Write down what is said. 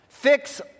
Fix